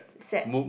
set